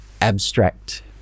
abstract